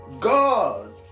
God